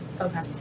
Okay